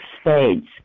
spades